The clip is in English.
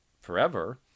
forever